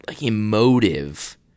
emotive